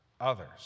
others